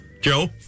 Joe